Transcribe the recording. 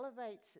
elevates